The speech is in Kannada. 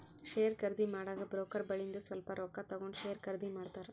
ಶೇರ್ ಖರ್ದಿ ಮಾಡಾಗ ಬ್ರೋಕರ್ ಬಲ್ಲಿಂದು ಸ್ವಲ್ಪ ರೊಕ್ಕಾ ತಗೊಂಡ್ ಶೇರ್ ಖರ್ದಿ ಮಾಡ್ತಾರ್